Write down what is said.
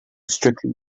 strictly